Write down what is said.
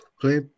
play